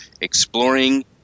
exploring